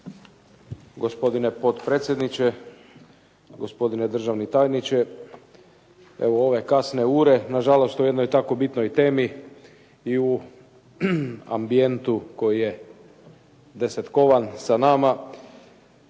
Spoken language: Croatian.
Gospodine potpredsjedniče, gospodine državni tajniče. Evo u ove kasne ure na žalost o jednoj tako bitnoj temi i u ambijentu koji je desetkovan sa nama